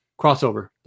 crossover